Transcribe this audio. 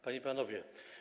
Panie i Panowie!